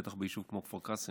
בטח ביישוב כמו כפר קאסם,